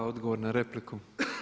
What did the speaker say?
Odgovor na repliku.